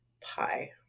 pie